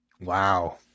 Wow